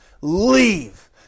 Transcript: leave